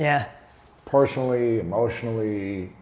yeah personally, emotionally,